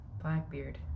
Blackbeard